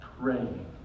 praying